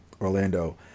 orlando